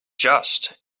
just